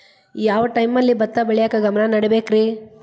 ಯಾವ್ ಟೈಮಲ್ಲಿ ಭತ್ತ ಬೆಳಿಯಾಕ ಗಮನ ನೇಡಬೇಕ್ರೇ?